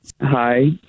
hi